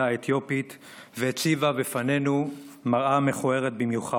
האתיופית והציבה בפנינו מראה מכוערת במיוחד.